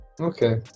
okay